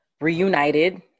reunited